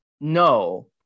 No